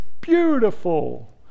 beautiful